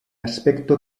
aspecto